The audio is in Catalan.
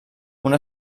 una